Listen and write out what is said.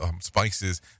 spices